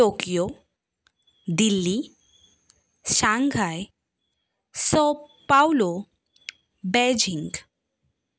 Tokyo Delhi Shanghai Sao Paulo Beijing